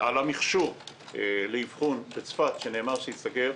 על המכשור לאבחון בצפת שנאמר שייסגר,